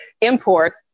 import